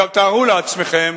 תארו לעצמכם